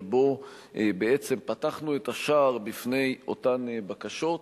שבו פתחנו את השער בפני אותן בקשות,